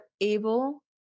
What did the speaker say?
able